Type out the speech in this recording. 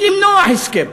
היא למנוע הסכם.